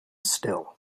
still